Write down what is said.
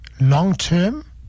long-term